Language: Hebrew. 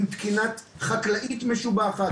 עם תקינה חקלאית משובחת.